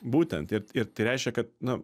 būtent ir ir tai reiškia kad na